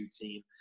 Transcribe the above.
team